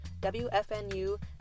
WFNU